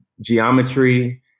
geometry